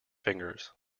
fingers